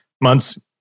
months